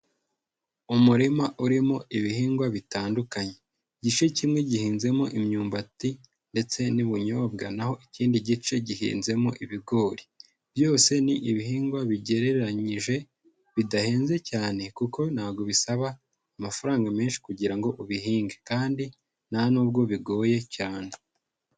Umurima urimo ibihingwa bitandukanye. Igice kimwe gihinzemo imyumbati ndetse n'ubunyobwa, naho ikindi gice gihinzemo ibigori. Byose ni ibihingwa bigereranyije, bidahenze cyane kuko ntago bisaba amafaranga menshi kugira ngo ubihinge kandi ntanubwo bigoye cyane.